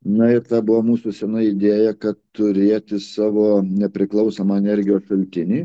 na ir tebuvo mūsų sena idėja kad turėti savo nepriklausomą energijos šaltinį